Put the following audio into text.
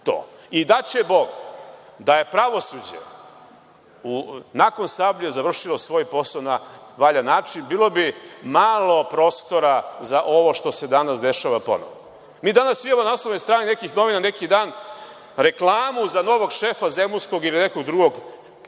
Daće Bog da je pravosuđe nakon „Sablje“ završilo svoj posao na valjan način, bilo bi malo prostora za ovo što se danas dešava ponovo. Mi danas imamo na naslovnoj strani nekih novina neki dan reklamu za novog šefa zemunskog ili nekog drugog klana.